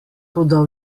toda